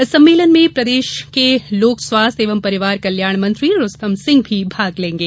इस सम्मेलन में प्रदेश लोक स्वास्थ्य एवं परिवार कल्याण मंत्री रुस्तम सिंह भी भाग लेंगे